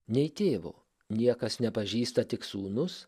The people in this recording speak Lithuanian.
nei tėvo niekas nepažįsta tik sūnus